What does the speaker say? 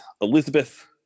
Elizabeth